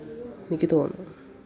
എനിക്ക് തോന്നുന്നു